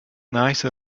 nice